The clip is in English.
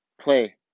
play